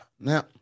Now